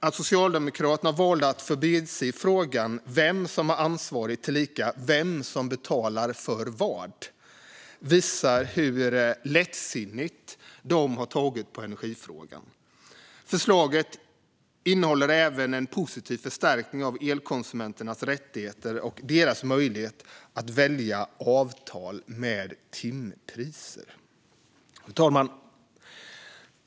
Att Socialdemokraterna valde att förbise frågan om vem som är ansvarig tillika vem som betalar för vad visar hur lättsinnigt de har tagit på energifrågan. Förslaget innehåller även en positiv förstärkning av elkonsumenternas rättigheter och deras möjlighet att välja avtal med timpriser. Fru talman!